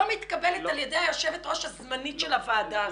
לא מתקבלת על ידי יושבת הראש הזמנית של הוועדה הזאת.